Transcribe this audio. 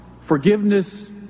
Forgiveness